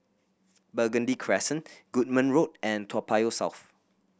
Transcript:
Burgundy Crescent Goodman Road and Toa Payoh South